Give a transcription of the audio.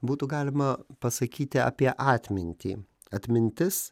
būtų galima pasakyti apie atmintį atmintis